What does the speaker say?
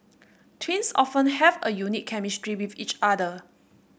twins often have a unique chemistry with each other